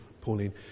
Pauline